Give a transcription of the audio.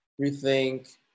rethink